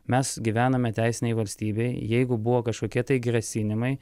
mes gyvename teisinėje valstybėje jeigu buvo kažkokie grasinimai